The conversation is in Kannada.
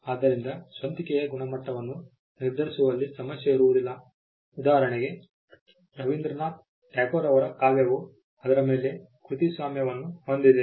ಆದ್ದರಿಂದ ಸ್ವಂತಿಕೆಯ ಗುಣಮಟ್ಟವನ್ನು ನಿರ್ಧರಿಸುವಲ್ಲಿ ಸಮಸ್ಯೆ ಇರುವುದಿಲ್ಲ ಉದಾಹರಣೆಗೆ ರವೀಂದ್ರನಾಥ್ ಟ್ಯಾಗೋರ್ ಅವರ ಕಾವ್ಯವು ಅದರ ಮೇಲೆ ಕೃತಿಸ್ವಾಮ್ಯವನ್ನು ಹೊಂದಿದೆ